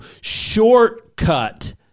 shortcut